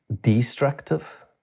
destructive